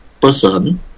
person